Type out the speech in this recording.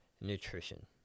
Nutrition